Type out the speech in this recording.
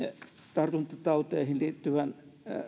tartuntatauteihin liittyvän